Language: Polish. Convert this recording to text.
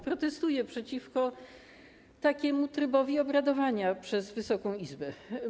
Protestuję przeciwko takiemu trybowi obradowania przez Wysoką Izbę.